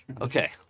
Okay